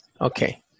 Okay